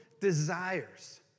desires